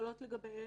שחלות לגביהן,